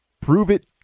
prove-it